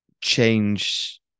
change